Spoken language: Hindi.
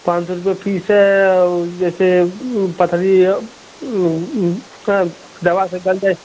पाँच सौ रुपया फीस है और जैसे पथरी है का दवा बदल दे